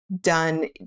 done